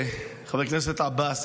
חבר הכנסת עבאס,